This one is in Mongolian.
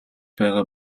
байгаа